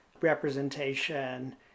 representation